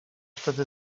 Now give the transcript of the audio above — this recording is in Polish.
wtedy